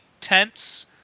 tents